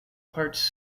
parts